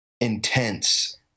intense